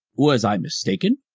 was i mistaken?